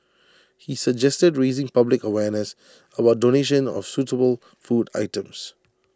he suggested raising public awareness about donations of suitable food items